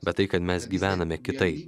bet tai kad mes gyvename kitaip